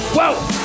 Whoa